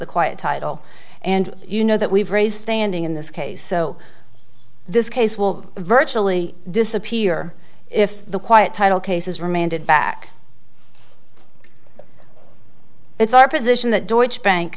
the quiet title and you know that we've raised a ending in this case so this case will virtually disappear if the quiet title case is remanded back it's our position that george bank